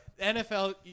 NFL